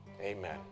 amen